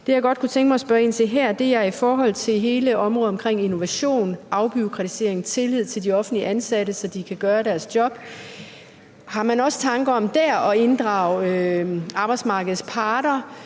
Det, jeg godt kunne tænke mig at spørge ind til her, er hele området omkring innovation, afbureaukratisering og tillid til de offentligt ansatte, så de kan gøre deres job. Har man også tanker om der at inddrage arbejdsmarkedets parter,